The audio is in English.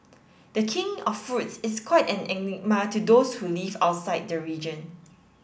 the King of Fruits is quite an enigma to those who live outside the region